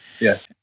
Yes